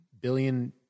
billion